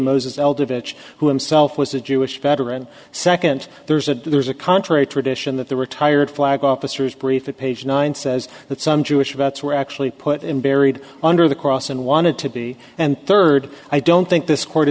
vege who himself was a jewish veteran second there's a there's a contrary tradition that the retired flag officers briefing page nine says that some jewish votes were actually put in buried under the cross and wanted to be and third i don't think this court